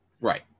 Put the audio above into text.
Right